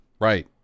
right